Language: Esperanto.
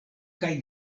kaj